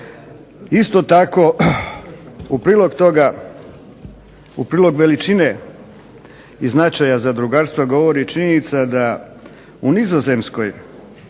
toga, u prilog veličine i značaja zadrugarstva govori i činjenica da u Nizozemskoj